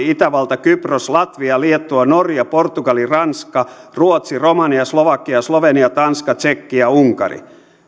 itävalta kypros latvia liettua norja portugali ranska ruotsi romania slovakia slovenia tanska tsekki ja unkari